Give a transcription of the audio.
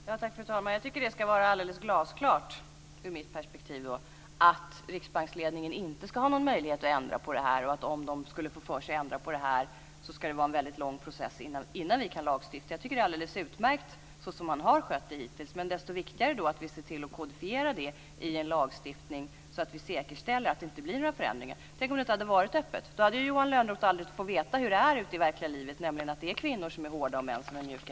Fru talman! I mitt perspektiv tycker jag att det ska vara alldeles glasklart att riksbanksledningen inte ska ha någon möjlighet att ändra på detta, och att om den skulle få för sig att ändra på det så ska det vara en väldigt lång process innan vi kan lagstifta. Jag tycker att det är alldeles utmärkt så som man har skött det hittills, men desto viktigare är det därför att vi ser till att kodifiera det i en lagstiftning så att vi säkerställer att det inte blir några förändringar. Tänk om detta inte hade varit öppet! Då hade Johan Lönnroth aldrig fått veta hur det är ute i det verkliga livet - nämligen att det är kvinnor som är hårda och män som är mjuka.